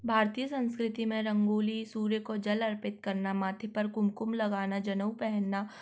भारतीय संस्कृति में रंगोली सूर्य को जल अर्पित करना माथे पर कुमकुम लगाना जनेऊ पहनना